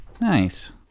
Nice